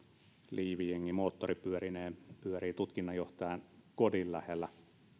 liivijengi moottoripyörineen pyörii tutkinnanjohtajan kodin lähellä